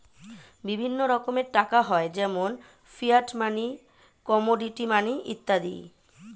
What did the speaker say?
বিভিন্ন রকমের টাকা হয় যেমন ফিয়াট মানি, কমোডিটি মানি ইত্যাদি